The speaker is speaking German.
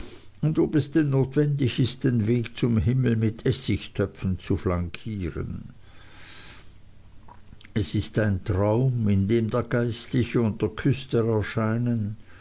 ob es denn notwendig ist den weg zum himmel mit essigtöpfen zu flankieren es ist ein traum in dem der geistliche und der küster erscheinen